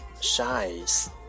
shines